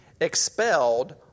expelled